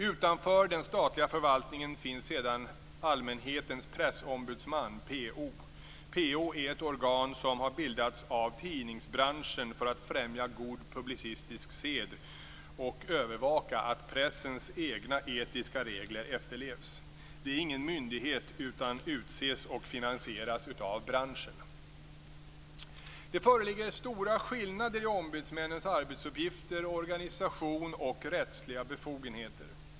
Utanför den statliga förvaltningen finns sedan Allmänhetens pressombudsman, PO. PO är ett organ som har bildats av tidningsbranschen för att främja god publicistisk sed och övervaka att pressens egna etiska regler efterlevs. Det är ingen myndighet utan utses och finansieras av branschen. Det föreligger stora skillnader i ombudsmännens arbetsuppgifter, organisation och rättsliga befogenheter.